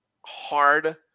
hard